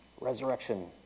resurrection